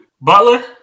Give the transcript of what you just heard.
Butler